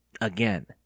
Again